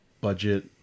budget